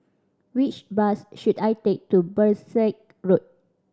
which bus should I take to Berkshire Road